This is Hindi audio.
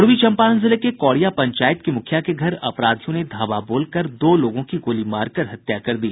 पूर्वी चम्पारण जिले के कौड़िया पंचायत की मुखिया के घर अपराधियों ने धावा बोलकर दो लोगों की गोलीमार कर हत्या कर दी